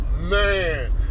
man